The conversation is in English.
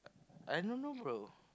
I don't know bro